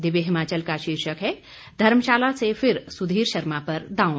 दिव्य हिमाचल का शीर्षक है धर्मशाला से फिर सुधीर शर्मा पर दांव